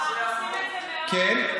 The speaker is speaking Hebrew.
זה הרעיון,